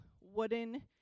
wooden